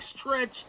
stretch